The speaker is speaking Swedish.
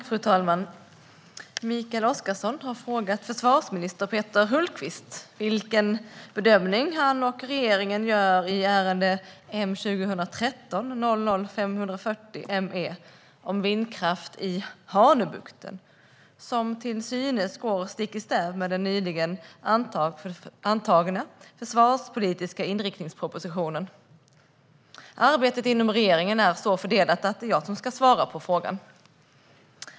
Fru talman! Mikael Oscarsson har frågat försvarsminister Peter Hultqvist vilken bedömning han och regeringen gör i ärende M2013 Me om vindkraft i Hanöbukten, som till synes går stick i stäv med den nyligen antagna försvarspolitiska inriktningspropositionen. Arbetet inom regeringen är så fördelat att det är jag som ska svara på frågan.